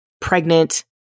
pregnant